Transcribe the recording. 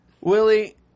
Willie